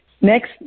Next